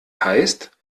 heißt